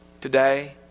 Today